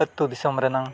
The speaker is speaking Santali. ᱟᱛᱳ ᱫᱤᱥᱚᱢ ᱨᱮᱱᱟᱝ